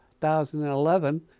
2011